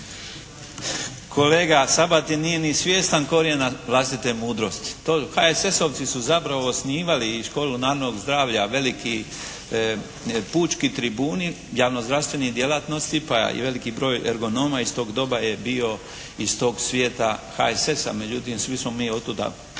Kolega Sabati nije ni svjestan korijena vlastite mudrosti. To HSS-ovci su zapravo osnivali i školu narodnog zdravlja veliki pučki tribuni javno-zdravstvenih djelatnosti, pa i veliki broj ergonoma iz tog doba je bio iz tog svijeta HSS. Međutim, svi smo mi od tuda